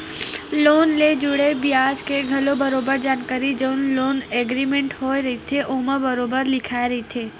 loan ले जुड़े बियाज के घलो बरोबर जानकारी जउन लोन एग्रीमेंट होय रहिथे ओमा बरोबर लिखाए रहिथे